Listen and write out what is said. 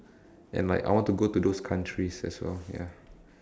and like I want to go to those countries as well ya